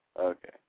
Okay